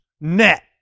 net